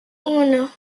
uno